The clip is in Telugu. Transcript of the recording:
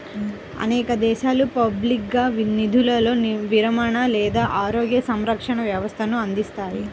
అనేక దేశాలు పబ్లిక్గా నిధులతో విరమణ లేదా ఆరోగ్య సంరక్షణ వ్యవస్థలను అందిస్తాయి